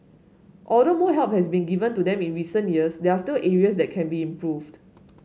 although more help has been given to them in recent years there are still areas that can be improved